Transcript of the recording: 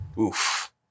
Oof